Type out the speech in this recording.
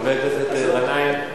חבר הכנסת גנאים?